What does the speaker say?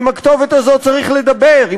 ועם הכתובת הזאת צריך לדבר,